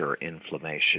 inflammation